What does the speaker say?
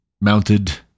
mounted